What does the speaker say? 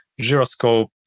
gyroscope